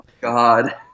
god